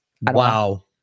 Wow